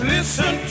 Listen